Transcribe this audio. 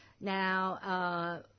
Now